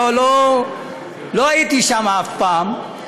לא הייתי שם אף פעם,